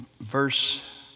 verse